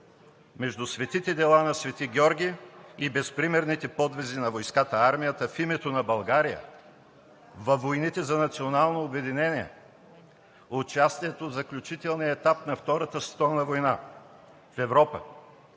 между светите дела на Свети Георги и безпримерните подвизи на войската, армията в името на България във войните за национално обединение, участието в заключителния етап на Втората световна война в Европа,